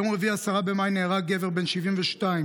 ביום רביעי 10 במאי נהרג גבר בן 72,